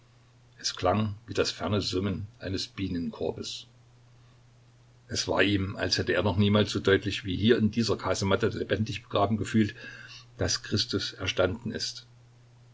es klang wie das ferne summen eines bienenkorbes es war ihm als hätte er noch niemals so deutlich wie hier in dieser kasematte lebendig begraben gefühlt daß christus erstanden ist